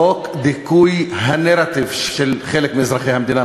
חוק דיכוי הנרטיב של חלק מאזרחי המדינה,